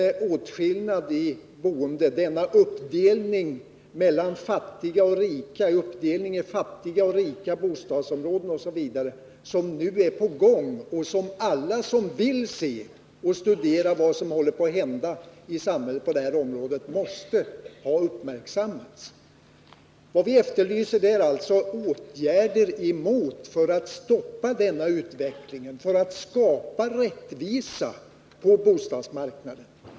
Det förekommer en åtskillnad mellan fattiga och rika boende, en uppdelning mellan fattiga och rika bostadsområden osv., och den utveckling som pågår i det avseendet måste ha uppmärksammats av alla som studerar vad som håller på att hända på bostadssektorn. Vad vi efterlyser är alltså åtgärder för att stoppa denna utveckling och för att skapa rättvisa på bostadsmarknaden.